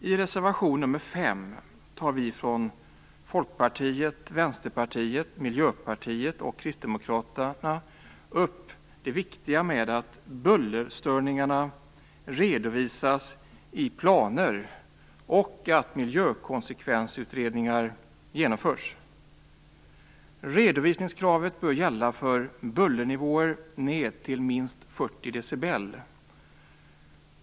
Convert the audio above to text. I reservation nr 5 tar vi från folkpartiet, vänsterpartiet, miljöpartiet och kristdemokraterna upp vikten av att bullerstörningarna redovisas i planer och att miljökonsekvensutredningar genomförs. Redovisningskravet bör gälla för bullernivåer ned till minst 40 decibel.